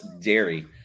dairy